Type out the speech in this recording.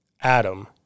Adam